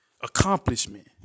accomplishment